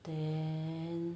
then